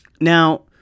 Now